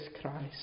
Christ